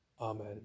Amen